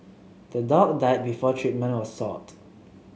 the dog died before treatment was sought